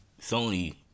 Sony